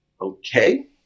okay